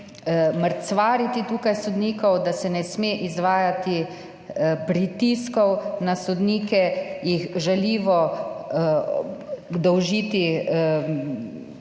mrcvariti sodnikov, da se ne sme izvajati pritiskov na sodnike, jih žaljivo obdolžiti,